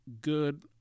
good